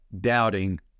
doubting